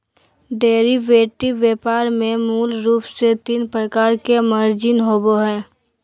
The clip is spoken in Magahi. डेरीवेटिव व्यापार में मूल रूप से तीन प्रकार के मार्जिन होबो हइ